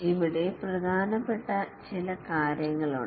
ഇവിടെ പ്രധാനപ്പെട്ട ചില കാര്യങ്ങളുണ്ട്